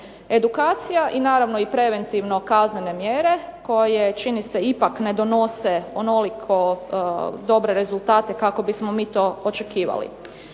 Edukacija i naravno i preventivno kaznene mjere koje čini se ipak ne donose onoliko dobre rezultate kako bismo mi to očekivali.